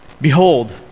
behold